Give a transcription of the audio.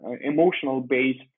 emotional-based